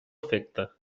efecte